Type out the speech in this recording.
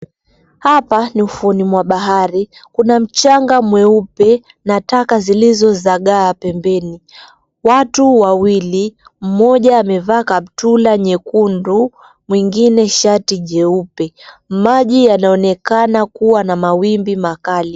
Hapa ni ufuoni mwa bahari. Kuna mchanga mweupe na taka zilizozagaa pembeni. Watu wawili, mmoja amevaa kaptura nyekundu, mwingine shati jeupe. Maji yanaonekana kuwa na mawimbi makali.